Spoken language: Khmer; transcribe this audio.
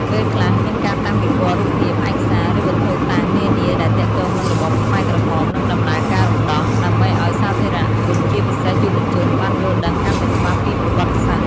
ពេលខ្លះ មានការតាំងពិព័រណ៍រូបភាព ឯកសារ ឬវត្ថុតាងនានាដែលទាក់ទងនឹងរបបខ្មែរក្រហម និងដំណើរការរំដោះ ដើម្បីឲ្យសាធារណជន ជាពិសេសយុវជន បានយល់ដឹងកាន់តែច្បាស់ពីប្រវត្តិសាស្ត្រ។